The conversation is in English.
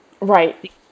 right